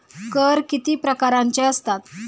कर किती प्रकारांचे असतात?